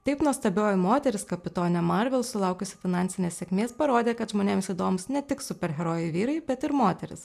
taip nuostabioji moteris kapitonė marvel sulaukusi finansinės sėkmės parodė kad žmonėms įdomūs ne tik superherojai vyrai bet ir moterys